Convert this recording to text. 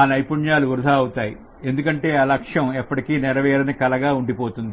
అని నైపుణ్యాలు వృధా అవుతాయి ఎందుకంటే ఆ లక్ష్యం ఎప్పటికీ నెరవేరని కలగానే ఉండిపోతుంది